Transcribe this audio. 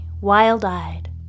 wild-eyed